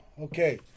Okay